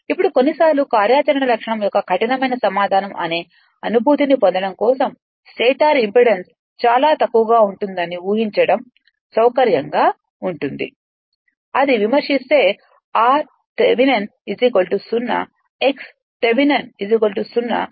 ఇప్పుడు కొన్నిసార్లు కార్యాచరణ లక్షణం యొక్క కఠినమైన సమాధానం అనే అనుభూతిని పొందడం కోసం స్టేటర్ ఇంపిడెన్స్ చాలా తక్కువగా ఉంటుందనిఊహించడం సౌకర్యంగా ఉంటుంది అది విస్మరిస్తే r థెవెనిన్ 0 x థెవెనిన్ 0